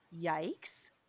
yikes